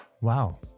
Wow